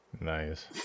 Nice